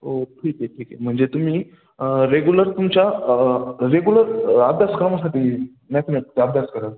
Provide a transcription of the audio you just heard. हो ठीक आहे ठीक आहे म्हणजे तुम्ही रेग्युलर तुमच्या रेगुलर अभ्यासक्रमासाठी मॅथमॅटिक्सचा अभ्यास करत आहे